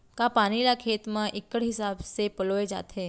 का पानी ला खेत म इक्कड़ हिसाब से पलोय जाथे?